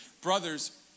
Brothers